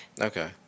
Okay